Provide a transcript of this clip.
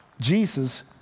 Jesus